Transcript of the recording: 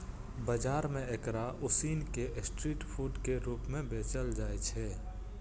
बाजार मे एकरा उसिन कें स्ट्रीट फूड के रूप मे बेचल जाइ छै